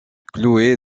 cloué